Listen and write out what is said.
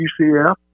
UCF